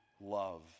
love